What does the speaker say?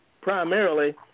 primarily